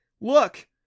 Look